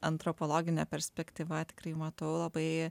antropologine perspektyva tikrai matau labai